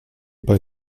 bei